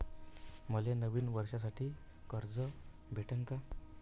मले नवीन वर्षासाठी कर्ज भेटन का?